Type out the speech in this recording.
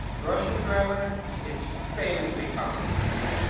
russian grammar is famously complicated,